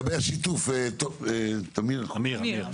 עמיר,